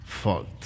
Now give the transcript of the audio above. fault